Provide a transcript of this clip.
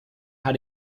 how